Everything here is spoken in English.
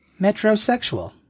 Metrosexual